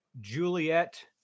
Juliet